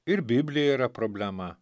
ir biblijoje yra problema